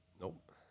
Nope